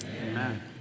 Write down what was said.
Amen